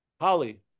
Holly